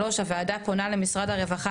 3. הוועדה פונה למשרד הרווחה,